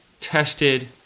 tested